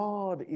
God